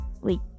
wait